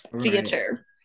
theater